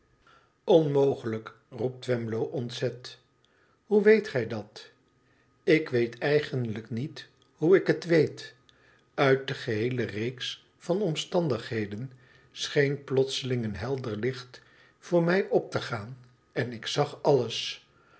onmogelijk i roept twemlow ontzet hoe weet gij dat ik weet eigenlijk niet hoe ik het weet uit de geheele reeks van omstandigheden scheen plotseling een helder licht voor mij op te gaan en ik zag alles